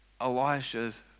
Elisha's